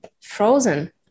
frozen